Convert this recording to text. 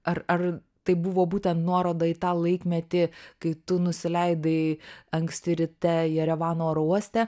ar ar tai buvo būtent nuoroda į tą laikmetį kai tu nusileidai anksti ryte jerevano oro uoste